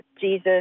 Jesus